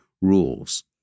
rules